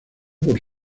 por